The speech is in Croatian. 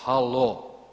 Halo.